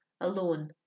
alone